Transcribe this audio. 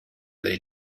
they